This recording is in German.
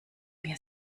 mir